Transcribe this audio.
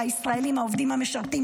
בישראלים העובדים והמשרתים,